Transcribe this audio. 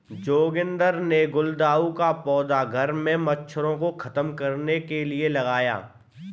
जोगिंदर ने गुलदाउदी का पौधा घर से मच्छरों को खत्म करने के लिए लगाया